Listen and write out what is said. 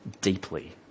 deeply